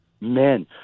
men